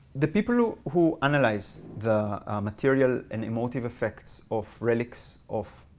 the people who who analyze the material and emotive effects of relics of